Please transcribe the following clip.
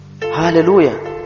hallelujah